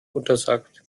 untersagt